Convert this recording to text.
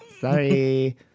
Sorry